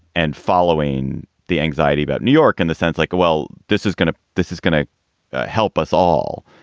and following the anxiety about new york in the sense like, well, this is going to this is going to help us all.